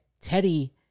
Teddy